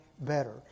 better